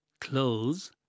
clothes